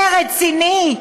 זה רציני?